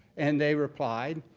and they replied,